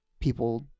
people